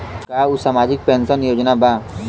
का उ सामाजिक पेंशन योजना बा?